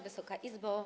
Wysoka Izbo!